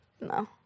No